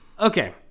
Okay